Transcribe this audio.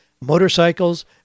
motorcycles